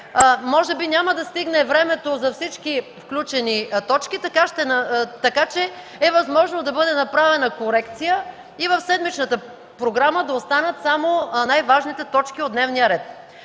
може би няма да стигне времето за всички включени точки, така че е възможно да бъде направена корекция и в седмичната програма да останат само най-важните точки от дневния ред.